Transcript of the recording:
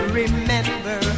remember